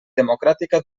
democràtica